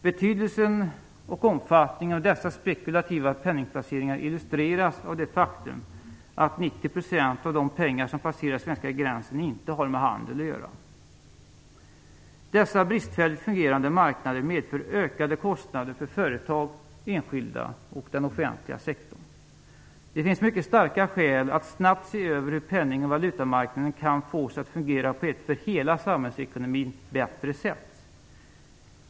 Betydelsen och omfattningen av dessa spekulativa penningplaceringar illustreras av det faktum att 90 % av de pengar som passerar den svenska gränsen inte har med handel att göra. Dessa bristfälligt fungerande marknader medför ökade kostnader för företag, enskilda och den offentliga sektorn. Det finns mycket starka skäl att snabbt se över hur penning och valutamarknaden kan fås att fungera på ett för hela samhällsekonomin bättre sätt.